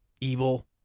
evil